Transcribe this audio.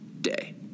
day